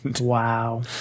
Wow